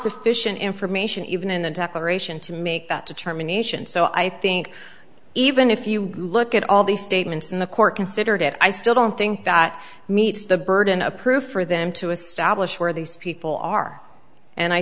sufficient information even in the declaration to make that determination so i think even if you look at all the statements in the court considered it i still don't think that meets the burden of proof for them to establish where these people are and i